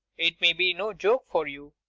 it may be no joke for you.